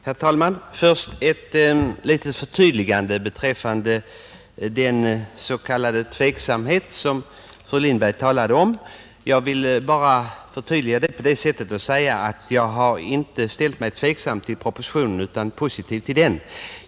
Herr talman! Först ett litet förtydligande beträffande den s.k. tveksamhet som fru Lindberg talade om. Jag har inte ställt mig tveksam till propositionen utan är positiv till den.